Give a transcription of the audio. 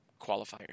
qualifier